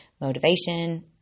Motivation